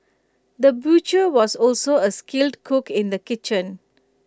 the butcher was also A skilled cook in the kitchen